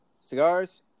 cigars